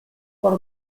por